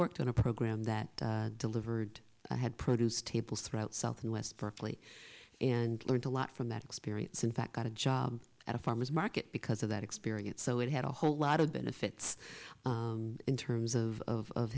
worked on a program that delivered i had produce tables throughout south and west berkeley and learned a lot from that experience in fact got a job at a farmer's market because of that experience so it had a whole lot of benefits in terms of